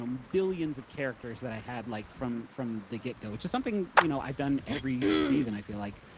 um billions of characters that i had like from from the get go, which is something you know i've done every season i feel like,